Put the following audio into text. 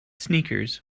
sneakers